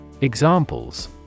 Examples